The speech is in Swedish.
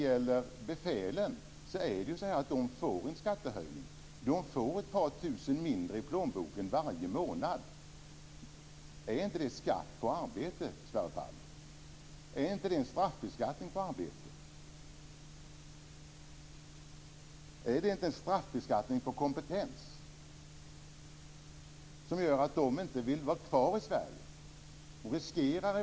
Men befälen får en skattehöjning. De får ett par tusen mindre i plånboken varje månad. Är inte det skatt på arbete, Sverre Palm? Är inte det en straffbeskattning på arbete och kompetens som gör att befälen inte vill vara kvar i Sverige?